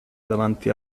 davanti